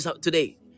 today